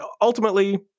Ultimately